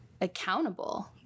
accountable